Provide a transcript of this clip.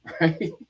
right